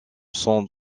son